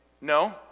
No